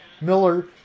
Miller